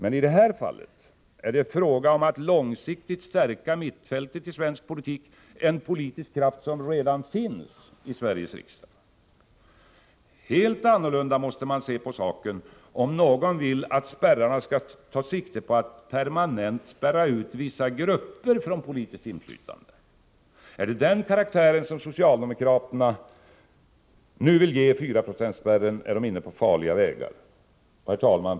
I detta fall är det fråga om att långsiktigt stärka mittfältet i svensk politik, en politisk kraft som redan finns i vår riksdag. Helt annorlunda måste man se på saken om någon vill att spärrarna skall ta sikte på att permanent spärra ut vissa grupper från politiskt inflytande. Är det den karaktären som socialdemokraterna nu vill ge 4-procentsspärren, är de inne på farliga vägar. Herr talman!